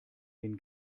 den